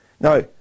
Now